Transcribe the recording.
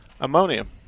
ammonium